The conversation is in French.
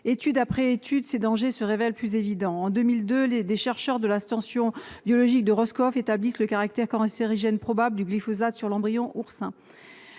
Étude après étude, ces dangers se révèlent plus évidents. En 2002, des chercheurs de la station biologique de Roscoff établissent le caractère cancérigène probable du glyphosate sur l'embryon d'oursin.